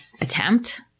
attempt